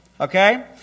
Okay